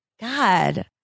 God